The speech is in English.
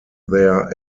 there